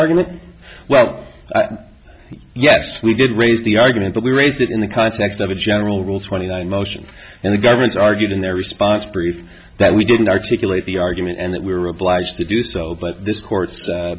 argument well yes we did raise the argument but we raised it in the context of a general rule twenty nine motions and the government's argued in their response brief that we didn't articulate the argument and that we were obliged to do so but this court